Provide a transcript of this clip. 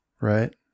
right